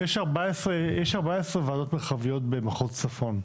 יש ארבע עשרה ועדות מרחביות במחוז צפון,